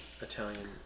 Italian